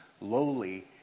lowly